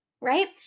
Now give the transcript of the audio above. right